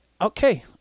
okay